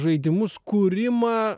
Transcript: žaidimus kūrimą